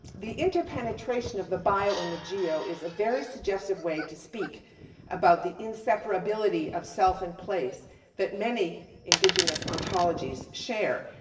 the interpenetration of the bio and the geo is a very suggestive way to speak about the inseparability of self and place that many indigenous ontologies share.